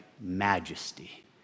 majesty